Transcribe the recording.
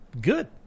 Good